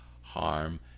harm